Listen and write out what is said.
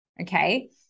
Okay